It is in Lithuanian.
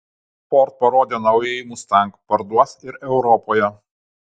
ford parodė naująjį mustang parduos ir europoje